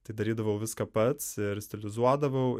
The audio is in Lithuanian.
tai darydavau viską pats ir stilizuodavau